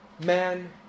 man